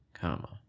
comma